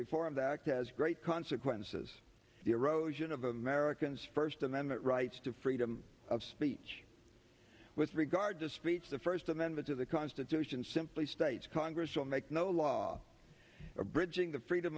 reform the act has great consequences the erosion of americans first amendment rights to freedom of speech with regard to speech the first amendment to the constitution simply states congress shall make no law abridging the freedom